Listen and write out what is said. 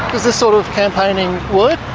does this sort of campaigning work?